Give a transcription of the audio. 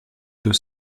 deux